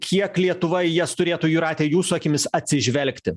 kiek lietuva į jas turėtų jūrate jūsų akimis atsižvelgti